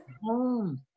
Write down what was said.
home